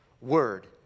word